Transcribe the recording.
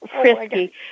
frisky